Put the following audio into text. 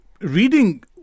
reading